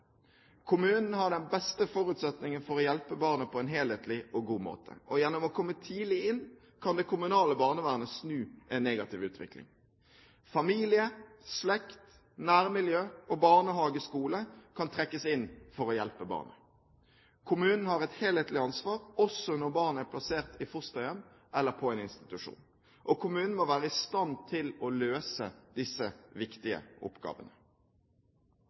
Kommunen har den beste forutsetningen for å hjelpe barnet på en helhetlig og god måte. Gjennom å komme tidlig inn, kan det kommunale barnevernet snu en negativ utvikling. Familie, slekt, nærmiljø og barnehage/skole kan trekkes inn for å hjelpe barnet. Kommunen har et helhetlig ansvar også når barnet er plassert i fosterhjem eller på en institusjon. Kommunen må være i stand til å løse disse viktige oppgavene.